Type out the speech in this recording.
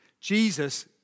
Jesus